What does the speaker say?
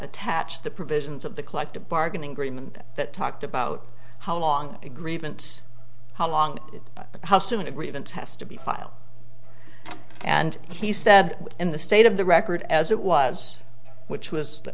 attached the provisions of the collective bargaining agreement that talked about how long a grievance how long how soon a grievance has to be filed and he said in the state of the record as it was which was